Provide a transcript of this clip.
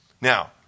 Now